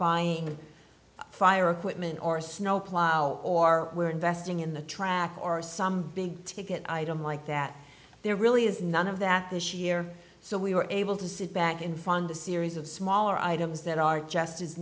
buying fire equipment or snowplow or we're investing in the track or some big ticket item like that there really is none of that this year so we were able to sit back and fund a series of smaller items that are just as